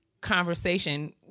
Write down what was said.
conversation